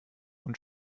und